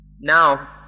Now